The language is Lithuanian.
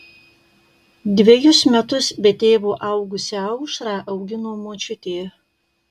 dvejus metus be tėvo augusią aušrą augino močiutė